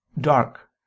dark